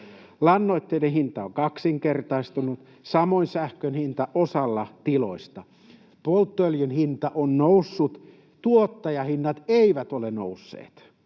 Lannoitteiden hinta on kaksinkertaistunut, samoin sähkön hinta osalla tiloista, polttoöljyn hinta on noussut, tuottajahinnat eivät ole nousseet